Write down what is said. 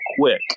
quick